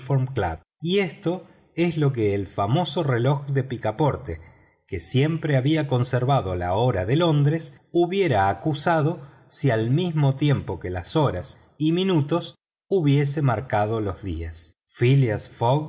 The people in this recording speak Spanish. y esto es lo que el famoso reloj de picaporte que siempre había conservado la hora de londres hubiera acusado si al mismo tiempo que las horas y minutos hubiese marcado los días phileas